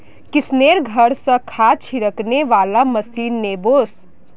किशनेर घर स खाद छिड़कने वाला मशीन ने वोस